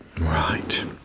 Right